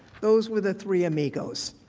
those were the three amigos.